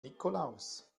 nikolaus